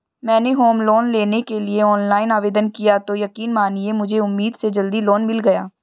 मैंने home loan लेने के लिए ऑनलाइन आवेदन किया तो यकीन मानिए मुझे उम्मीद से जल्दी लोन मिल गया